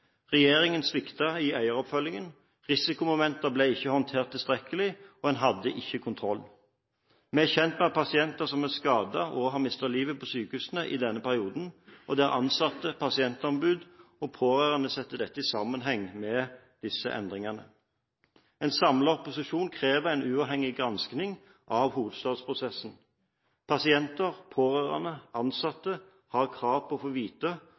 Regjeringen sviktet i eieroppfølgingen, risikomomenter ble ikke håndtert tilstrekkelig. En hadde ikke kontroll. Vi er kjent med at pasienter er blitt skadet og har mistet livet på sykehusene i denne perioden, og ansatte, pasientombud og pårørende setter dette i sammenheng med disse endringene. En samlet opposisjon krever en uavhengig gransking av hovedstadsprosessen. Pasienter, pårørende og ansatte har krav på å få vite